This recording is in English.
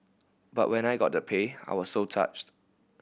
but when I got the pay I was so touched